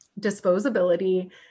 disposability